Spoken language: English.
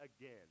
again